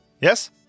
Yes